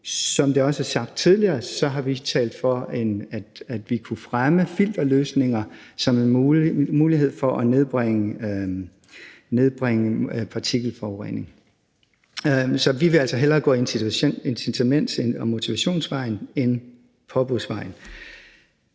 som det også er sagt tidligere, har vi talt for, at vi kunne fremme filterløsninger som en mulighed for at nedbringe partikelforureningen. Så vi vil altså hellere gå incitaments- og motivationsvejen end forbudsvejen.